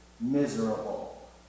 miserable